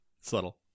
Subtle